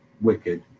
wicked